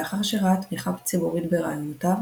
לאחר שראה תמיכה ציבורית ברעיונותיו